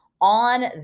on